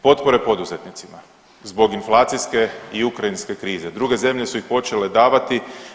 Potpore poduzetnicima zbog inflacijske i ukrajinske krize, druge zemlje su ih počele davati.